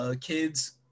kids